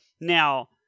Now